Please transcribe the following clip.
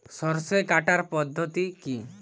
সরষে কাটার পদ্ধতি কি?